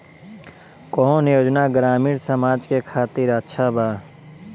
कौन योजना ग्रामीण समाज के खातिर अच्छा बा?